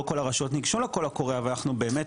לא כל הרשויות ניגשו לקול הקורא אבל אנחנו באמת